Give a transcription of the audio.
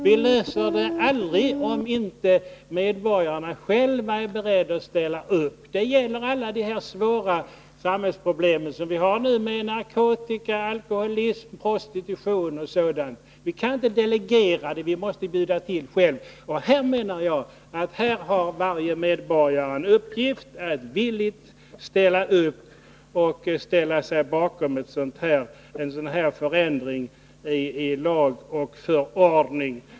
Vi Nr 111 löser aldrig problemen, om inte medborgarna själva är beredda att ställa upp. Fredagen den Det gäller alla de svåra samhällsproblemen — narkotika, alkoholism, 3 april 1981 prostitution osv. Vi kan inte delegera de här frågorna. Vi måste bjuda till själva. Här har varje medborgare en uppgift att villigt ställa sig bakom en sådan förändring i lag och förordning.